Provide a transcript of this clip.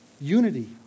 Unity